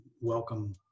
welcome